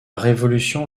révolution